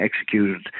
executed